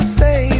say